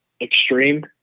extreme